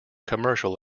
commercial